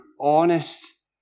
honest